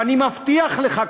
ואני מבטיח לך,